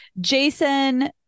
Jason